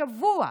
שבוע,